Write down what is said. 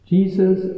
Jesus